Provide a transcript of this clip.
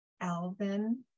Alvin